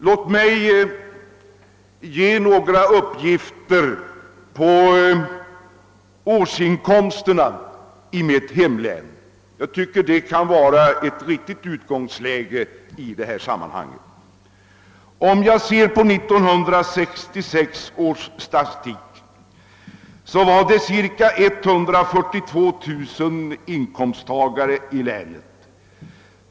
Låt mig ge några uppgifter beträffande årsinkomsterna i mitt hemlän. Jag tycker det kan vara en riktig utgångspunkt i detta sammanhang. 1966 års statistik visar att det fanns cirka 142 000 inkomsttagare i länet.